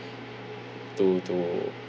to to